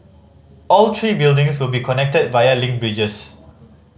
all three buildings will be connected via link bridges